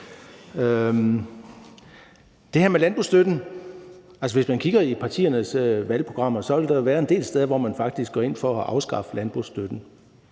det her med landbrugsstøtten vil jeg sige: Hvis man kigger i partiernes valgprogrammer, vil der være en del steder, hvor man faktisk går ind for at afskaffe landbrugsstøtten.